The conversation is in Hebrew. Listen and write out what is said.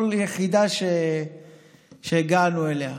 כל יחידה שהגענו אליה.